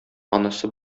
анысы